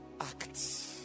act